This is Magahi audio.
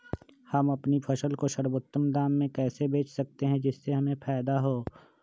हम अपनी फसल को सर्वोत्तम दाम में कैसे बेच सकते हैं जिससे हमें फायदा हो?